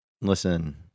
listen